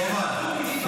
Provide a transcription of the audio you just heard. תתבייש לך.